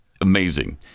amazing